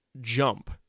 jump